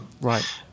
Right